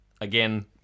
again